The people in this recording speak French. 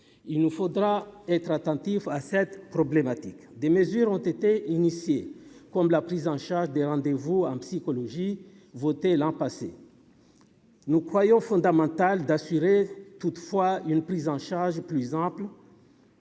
il nous faudra. être attentif à cette problématique, des mesures ont été initiés comme la prise en charge des rendez-vous en psychologie votée l'an passé, nous croyons fondamental d'assurer toutefois une prise en charge plus amples,